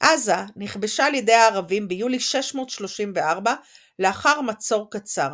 עזה נכבשה על ידי הערבים ביולי 634 לאחר מצור קצר.